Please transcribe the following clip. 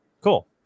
cool